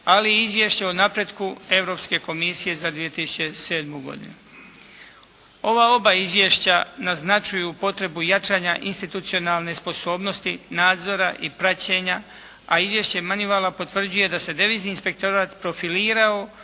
Ali i izvješće o napretku Europske komisije za 2007. godinu. Ova oba izvješća naznačuju potrebu jačanja institucionalne sposobnosti, nadzora i praćenja, a izvješće Manivala potvrđuje da se Devizni inspektorat profilirao